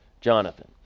Jonathan